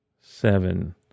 seven